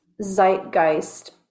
zeitgeist